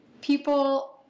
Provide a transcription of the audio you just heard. people